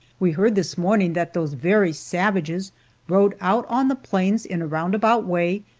we heard this morning that those very savages rode out on the plains in a roundabout way,